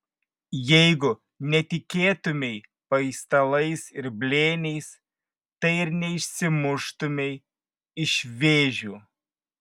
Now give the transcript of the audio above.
jeigu netikėtumei paistalais ir blėniais tai ir neišsimuštumei iš vėžių